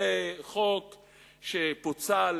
זה חוק שפוצל,